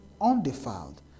undefiled